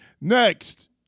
Next